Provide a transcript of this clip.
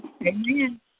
Amen